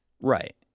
Right